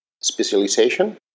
specialization